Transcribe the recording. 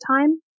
time